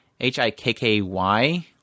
HIKKY